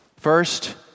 First